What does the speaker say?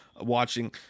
watching